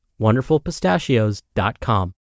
wonderfulpistachios.com